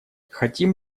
хотим